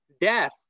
death